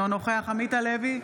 אינו נוכח עמית הלוי,